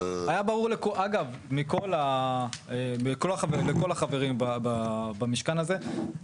אגב לכל החברים במשכן הזה,